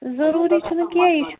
ضٔروٗری چھُنہٕ کیٚنٛہہ یہِ چھُ